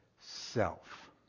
Self